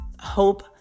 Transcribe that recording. hope